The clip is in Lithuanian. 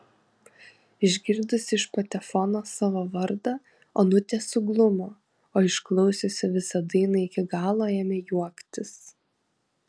išgirdusi iš patefono savo vardą onutė suglumo o išklausiusi visą dainą iki galo ėmė juoktis